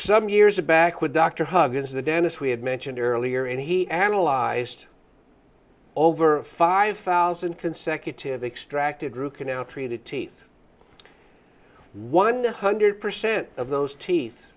some years back when dr huggins the denis we had mentioned earlier and he analyzed over five thousand consecutive extracted root canal treated teeth one hundred percent of those teeth